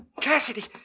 Cassidy